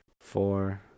four